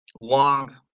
long